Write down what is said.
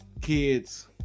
kids